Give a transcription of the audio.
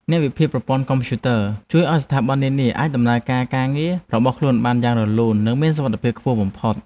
អ្នកវិភាគប្រព័ន្ធកុំព្យូទ័រជួយឱ្យស្ថាប័ននានាអាចដំណើរការការងាររបស់ខ្លួនបានយ៉ាងរលូន និងមានសុវត្ថិភាពខ្ពស់បំផុត។